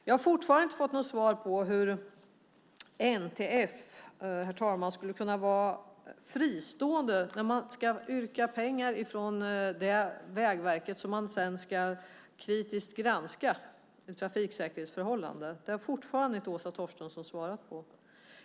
Jag har fortfarande inte fått något svar, herr talman, hur NTF skulle kunna vara fristående när man ska yrka pengar från Vägverket som man sedan ska kritiskt granska i trafiksäkerhetsförhållandet. Det har Åsa Torstensson fortfarande inte svarat på.